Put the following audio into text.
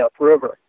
upriver